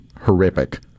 horrific